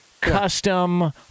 custom